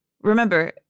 remember